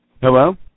Hello